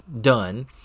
done